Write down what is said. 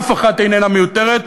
אף אחת איננה מיותרת,